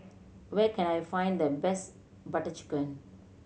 where can I find the best Butter Chicken